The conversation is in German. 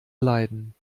leiden